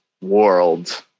world